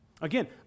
Again